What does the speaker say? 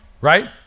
Right